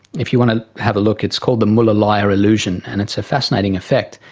if you want to have a look it's called the muller-lyer illusion and it's a fascinating effect.